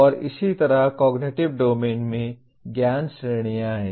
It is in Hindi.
और इसी तरह कॉग्निटिव डोमेन में ज्ञान श्रेणियाँ हैं